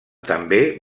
també